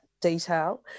detail